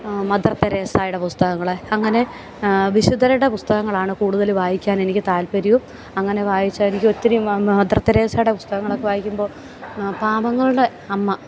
mother തെരേസയുടെ പുസ്തകങ്ങൾ അങ്ങനെ വിശുദ്ധരുടെ പുസ്തകങ്ങളാണ് കുടുതലും വായിക്കാനെനിക്ക് താൽപര്യം അങ്ങനെ വായിച്ചാൽ എനിക്ക് ഒത്തിരി മദർ തെരേസയുടെ പുസ്തകങ്ങളൊക്കെ വായിക്കുമ്പോൾ പാവങ്ങളുടെ അമ്മ